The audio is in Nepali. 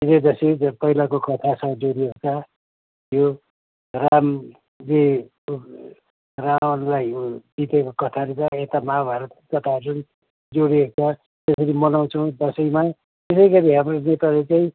विजय दशमी पहिलाको कथासँग जोडिएको छ यो रामले रावणलाई उ जितेको कथाहरू छ यता महाभारतको कथाहरू जोडित जोडिएको छ त्यसरी मनाउँछौँ दसैँमा त्यसैगरी हाम्रो नेपाली चाहिँ